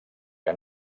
que